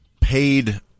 paid